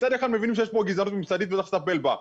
מצד אחד מבינים שיש פה גזענות ממסדית וצריך לטפל בה,